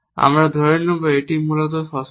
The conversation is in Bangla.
আমরা ধরে নেব এটি মূলত সসীম